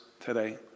today